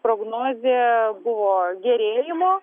prognozė buvo gerėjimo